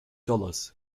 dollars